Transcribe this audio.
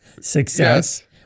success